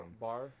Bar